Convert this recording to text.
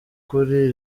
kuri